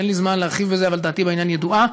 אין זמן להרחיב בזה, אבל דעתי בדבר ידועה.